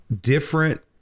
different